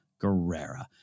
Guerrera